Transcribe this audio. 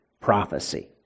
prophecy